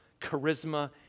charisma